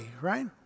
right